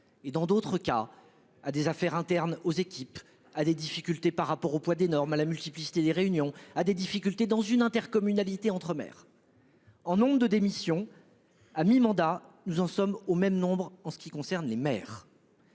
et dans d'autres cas à des affaires internes aux équipes à des difficultés par rapport au poids des normes à la multiplicité des réunions, à des difficultés dans une intercommunalité entre mer. En nombre de démissions. À mi-mandat. Nous en sommes au même nombre en ce qui concerne les mères.